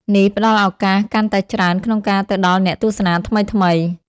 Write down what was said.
នេះផ្តល់ឱកាសកាន់តែច្រើនក្នុងការទៅដល់អ្នកទស្សនាថ្មីៗ។